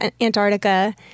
Antarctica